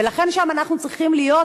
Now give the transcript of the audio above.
ולכן שם אנחנו צריכים להיות